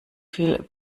viel